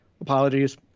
apologies